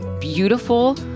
beautiful